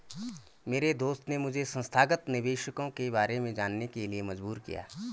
मेरे दोस्त ने मुझे संस्थागत निवेशकों के बारे में जानने के लिए मजबूर किया